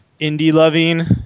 indie-loving